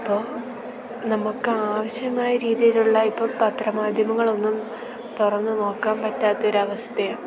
അപ്പോൾ നമുക്ക് ആവശ്യമായ രീതിയിലുള്ള ഇപ്പം പത്രമാധ്യമങ്ങളൊന്നും തുറന്നു നോക്കാൻ പറ്റാത്ത ഒരു അവസ്ഥയാണ്